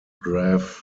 graph